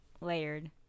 layered